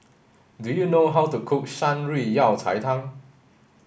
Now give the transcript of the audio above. do you know how to cook Shan Rui Yao Cai Tang